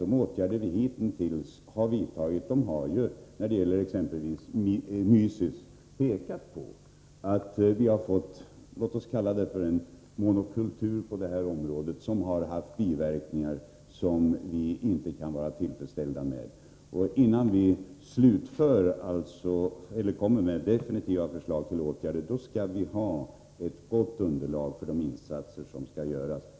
De åtgärder vi hitintills har vidtagit har, när det gäller exempelvis Mysis, gjort att vi fått, låt oss kalla det så, en monokultur på det här området. Det har haft verkningar vi inte kan vara tillfredsställda med. Innan vi kommer med definitiva förslag till åtgärder skall vi ha gott underlag för de insatser som skall göras.